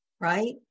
Right